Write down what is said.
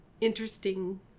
interesting